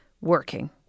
working